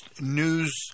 news